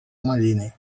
mariner